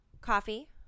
Coffee